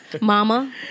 Mama